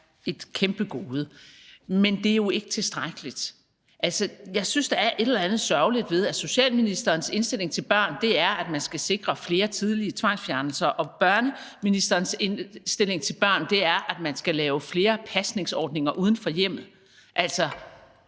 et kæmpe gode, men det er jo ikke tilstrækkeligt. Jeg synes, der er et eller andet sørgeligt ved, at socialministerens indstilling til børn er, at man skal sikre flere tidlige tvangsfjernelser, og at børneministerens indstilling til børn er, at man skal forbedre pasningsordningerne uden for hjemmet. Der